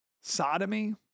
Sodomy